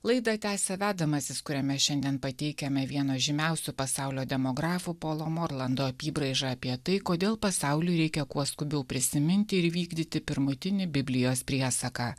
laidą tęsia vedamasis kuriame šiandien pateikiame vieno žymiausių pasaulio demografų polo morlando apybraižą apie tai kodėl pasauliui reikia kuo skubiau prisiminti ir įvykdyti pirmutinį biblijos priesaką